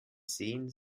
sehen